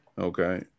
Okay